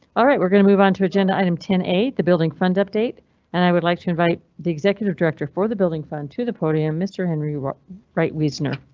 alright we're going to move on to agenda. item ten eight the building fund update and i would like to invite the executive director for the building fund to the podium mr henry wright wisner.